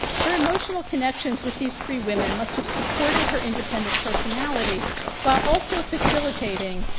her emotional connections with these three women must have supported her independent personality while also facilitating,